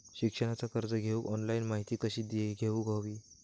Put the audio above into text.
शिक्षणाचा कर्ज घेऊक ऑनलाइन माहिती कशी घेऊक हवी?